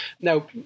Now